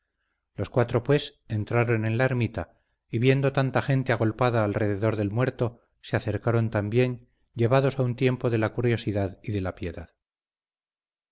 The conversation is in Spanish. los cuatro pues entraron en la ermita y viendo tanta gente agolpada alrededor del muerto se acercaron también llevados a un tiempo de la curiosidad y de la piedad